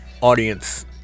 audience